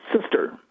sister